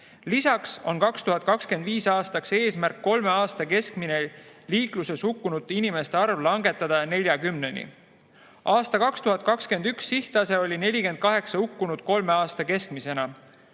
autot. Lisaks on 2025. aastaks eesmärk kolme aasta keskmine liikluses hukkunud inimeste arv langetada 40‑le. Aasta 2021 sihttase oli 48 hukkunut kolme aasta keskmisena,